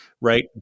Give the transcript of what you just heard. right